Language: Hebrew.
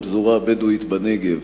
בפזורה הבדואית בנגב.